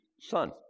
son